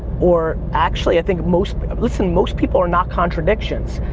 or actually, i think most, listen, most people are not contradictions.